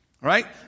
right